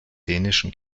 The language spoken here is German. dänischen